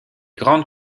grandes